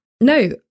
no